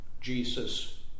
Jesus